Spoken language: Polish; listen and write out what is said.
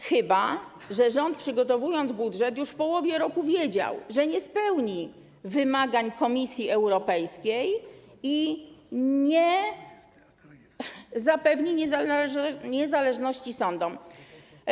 Chyba że rząd, przygotowując budżet, już w połowie roku wiedział, że nie spełni wymagań Komisji Europejskiej i nie zapewni niezależności sądom.